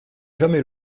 jamais